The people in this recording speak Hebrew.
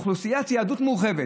"אוכלוסיית יהדות מורחבת".